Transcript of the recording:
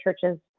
churches